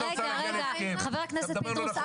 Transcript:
חבר הכנסת פינדרוס,